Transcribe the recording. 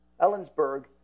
Ellensburg